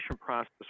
process